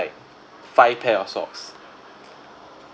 five pair of socks